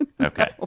Okay